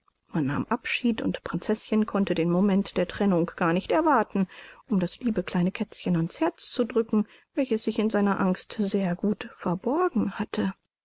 man nahm abschied und prinzeßchen konnte den moment der trennung gar nicht erwarten um das liebe kleine kätzchen ans herz zu drücken welches sich in seiner angst sehr gut verborgen hatte